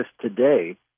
today